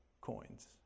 coins